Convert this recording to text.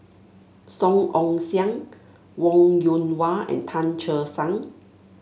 Song Ong Siang Wong Yoon Wah and Tan Che Sang